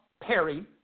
Perry